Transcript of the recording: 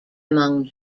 among